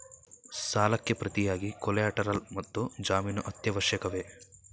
ಸಾಲಕ್ಕೆ ಪ್ರತಿಯಾಗಿ ಕೊಲ್ಯಾಟರಲ್ ಮತ್ತು ಜಾಮೀನು ಅತ್ಯವಶ್ಯಕವೇ?